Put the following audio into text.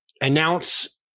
announce